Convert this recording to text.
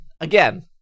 Again